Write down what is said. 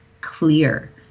clear